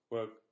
Work